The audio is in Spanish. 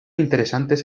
interesantes